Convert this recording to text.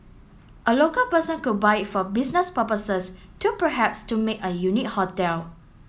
a local person could buy it for business purposes to perhaps to make a unique hotel